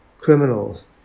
criminals